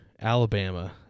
Alabama